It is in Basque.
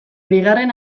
bigarren